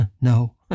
No